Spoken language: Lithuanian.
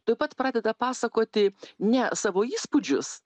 tuoj pat pradeda pasakoti ne savo įspūdžius